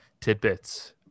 tidbits